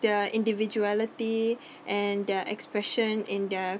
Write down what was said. their individuality and their expression in their